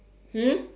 hmm